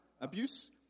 abuse